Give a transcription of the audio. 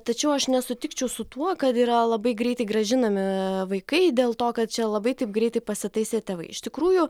tačiau aš nesutikčiau su tuo kad yra labai greitai grąžinami vaikai dėl to kad čia labai taip greitai pasitaisė tėvai iš tikrųjų